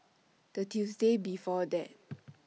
The Tuesday before that